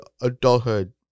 adulthood